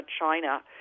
China—